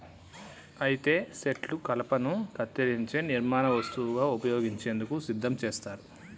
అయితే సెట్లు కలపను కత్తిరించే నిర్మాణ వస్తువుగా ఉపయోగించేందుకు సిద్ధం చేస్తారు